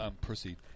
proceed